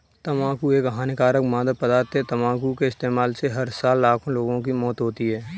तंबाकू एक हानिकारक मादक पदार्थ है, तंबाकू के इस्तेमाल से हर साल लाखों लोगों की मौत होती है